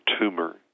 tumor